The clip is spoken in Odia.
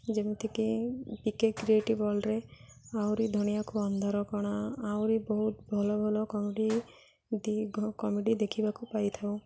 ଯେମିତିକି ପି କେ କ୍ରିଏଟିଭ୍ ୱାର୍ଲ୍ଡରେ ଆହୁରି ଧନିଆକୁ ଅନ୍ଧାର କଣା ଆହୁରି ବହୁତ ଭଲ ଭଲ କମେଡ଼ି କମେଡ଼ି ଦେଖିବାକୁ ପାଇ ଥାଉ